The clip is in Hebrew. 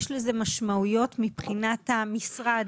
יש לזה משמעויות מבחינת המשרד